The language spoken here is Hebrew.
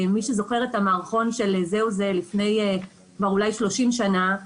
מי שזוכר את המערכון של זהו זה אולי כבר לפני 30 שנה,